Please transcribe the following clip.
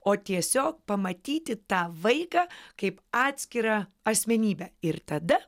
o tiesiog pamatyti tą vaiką kaip atskirą asmenybę ir tada